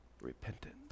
Repentance